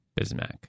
Bismack